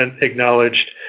acknowledged